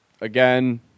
again